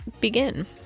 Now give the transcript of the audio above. begin